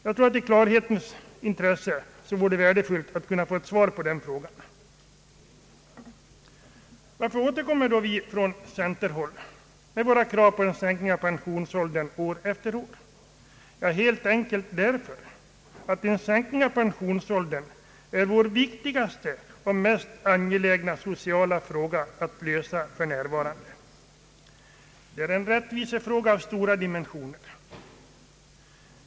Jag tror att det i klarhetens intresse vore värdefullt att få ett svar på den frågan. Varför återkommer då vi från centerhåll med våra krav på en sänkning av pensionsåldern år efter år? Jo, helt enkelt därför att en sänkning av pensionsåldern är vår viktigaste och mest angelägna sociala fråga att lösa för närvarande. Det är en rättvisefråga av stora dimensioner.